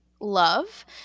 love